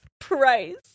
Price